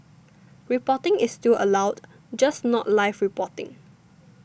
reporting is still allowed just not live reporting